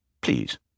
please